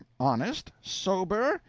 honest, sober,